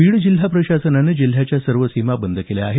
बीड जिल्हा प्रशासनानं जिल्ह्याच्या सर्व सीमा बंद केल्या आहेत